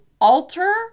alter